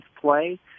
play